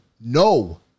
no